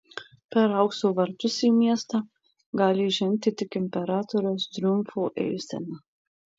per aukso vartus į miestą gali įžengti tik imperatoriaus triumfo eisena